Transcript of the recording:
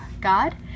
God